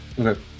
Okay